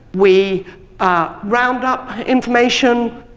we round up information,